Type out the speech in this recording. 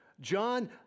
John